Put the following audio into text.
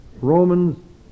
Romans